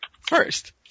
First